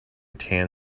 tan